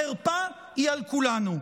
החרפה היא על כולנו.